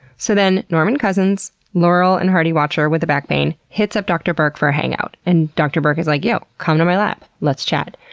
so then, norman cousins, laurel and hardy watcher with the back pain, hits up dr. berk for a hangout and dr. berk is, like, yo, come to my lab, let's chat.